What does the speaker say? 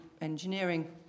engineering